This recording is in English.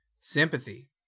Sympathy